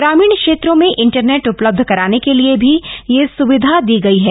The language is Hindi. ग्रामीण क्षेत्रों में इंटरनेट उपलब्ध कराने के लिए भी यह सुविधा दी गई है